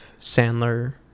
sandler